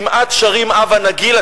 כמעט שרים "הבה נגילה",